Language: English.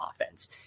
offense